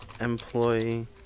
employee